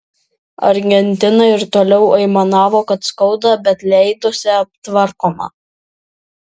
argentina ir toliau aimanavo kad skauda bet leidosi aptvarkoma